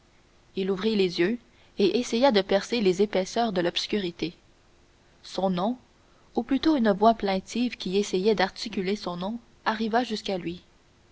il ouvrit les yeux et essaya de percer les épaisseurs de l'obscurité son nom ou plutôt une voix plaintive qui essayait d'articuler son nom arriva jusqu'à lui